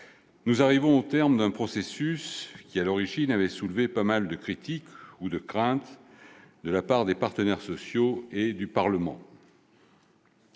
nous arrivons au terme d'un processus qui, à l'origine, avait soulevé pas mal de critiques ou de craintes de la part des partenaires sociaux et du Parlement.